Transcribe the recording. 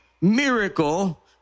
miracle